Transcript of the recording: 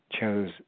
chose